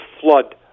flood